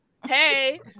Hey